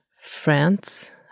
France